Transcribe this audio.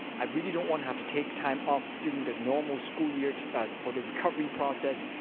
i really don't wanna have to take time off during the normal school year for the recovery process.